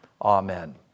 Amen